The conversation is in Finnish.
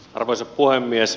arvoisa puhemies